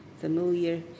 familiar